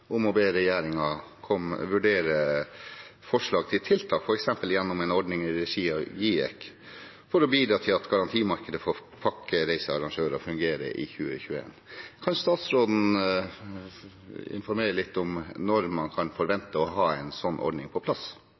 vurdere forslag til tiltak, f.eks. gjennom en ordning i regi av GIEK, for å bidra til at garantimarkedet for pakkereisearrangører fungerer i 2021. Kan statsråden informere litt om når man kan forvente å ha en sånn ordning på plass?